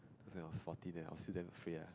it was when I was fourteen eh I was still afraid ah